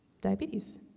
Diabetes